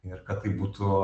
ir tai būtų